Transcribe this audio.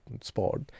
sport